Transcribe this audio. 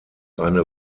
eine